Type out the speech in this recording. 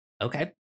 okay